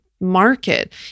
market